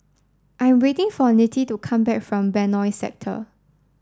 I'm waiting for Nettie to come back from Benoi Sector